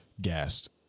Gassed